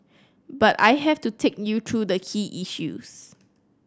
but I have to take you through the key issues